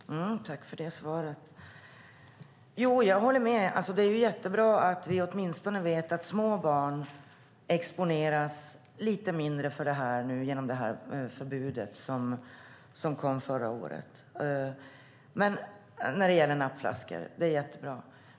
Herr talman! Jag tackar för svaret. Jag håller med, det är jättebra att vi åtminstone vet att små barn nu exponeras lite mindre för detta genom det förbud när det gäller nappflaskor som kom förra året. Det är jättebra.